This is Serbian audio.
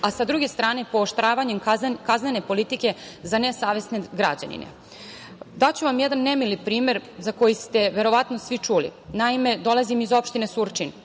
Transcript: a sa druge strane pooštravanjem kaznene politike za nesavesne građane. Daću vam jedan nemili primer za koji ste verovatno svi čuli. Naime, dolazim iz opštine Surčin,